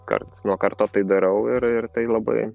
karts nuo karto tai darau ir ir tai labai